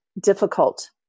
difficult